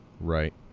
Right